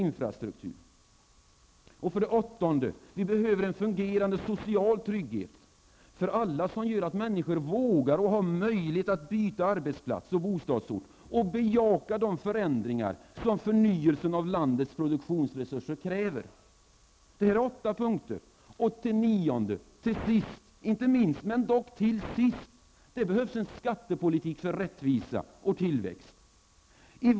En fungerande social trygghet för alla gör att människor vågar och har möjlighet att byta arbetsplats och bostadsort och bejaka de förändringar som förnyelsen av landets produktionsresurser kräver. 9. Till sist -- inte minst men dock till sist -- en skattepolitik för rättvisa och tillväxt.